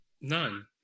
none